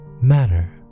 matter